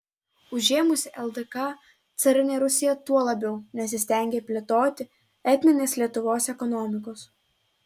užėmusi ldk carinė rusija tuo labiau nesistengė plėtoti etninės lietuvos ekonomikos